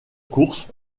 course